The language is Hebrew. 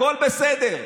הכול בסדר,